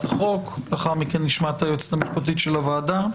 החוק ואחר כך נשמע את היועצת המשפטית של הוועדה.